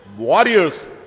warriors